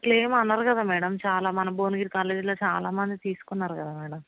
అట్లా ఏం అనరు కద మ్యాడం చాలా మన భువనగిరిలో కాలేజీలో చాలామంది తీసుకున్నారు కద మ్యాడం